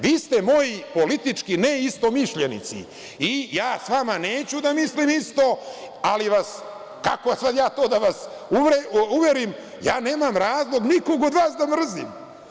Vi ste moji politički neistomišljenici i ja sa vama neću da mislim isto, ali kako da vas uverim, ja nemam razlog nikog od vas da mrzim.